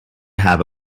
have